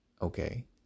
Okay